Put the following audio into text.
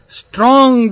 strong